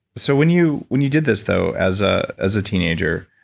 so when you when you did this though as ah as a teenager,